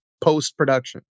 post-production